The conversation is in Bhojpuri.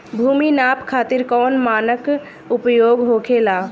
भूमि नाप खातिर कौन मानक उपयोग होखेला?